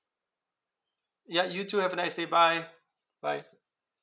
ya you too have a nice day bye bye